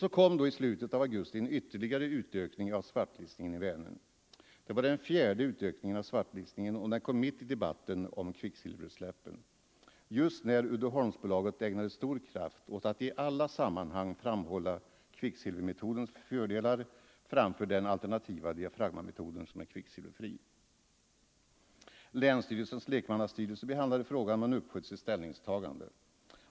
Så kom då i slutet av augusti en ytterligare utökning av svartlistningen i Vänern. Det var den fjärde utökningen av svartlistningen, och den kom mitt i debatten om kvicksilverutsläppen, just när Uddeholmsbolaget ägnade stor kraft åt att i alla sammanhang framhålla kvicksilvermetodens fördelar framför den alternativa diafragmametoden, som är kvicksilverfri. Länsstyrelsens lekmannastyrelse behandlade frågan men uppsköt sitt ställningstagande.